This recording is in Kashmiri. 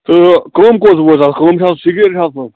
تہٕ کٲم کوٚت وٲژ حظ کٲم چھا حظ